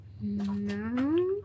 No